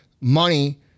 money